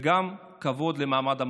וגם כבוד למעמד המורה.